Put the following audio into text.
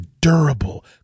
durable